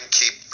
keep